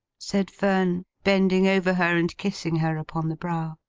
said fern, bending over her, and kissing her upon the brow